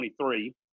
23